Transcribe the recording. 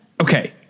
okay